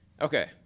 Okay